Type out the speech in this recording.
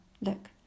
look